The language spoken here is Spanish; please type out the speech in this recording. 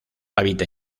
habita